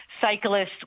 cyclists